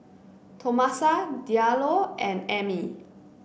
Tomasa Diallo and Emmy